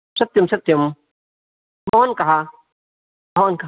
सत्यं सत्यं भवान् कः भवान् कः